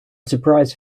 surprise